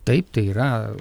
taip tai yra